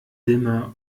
dimmer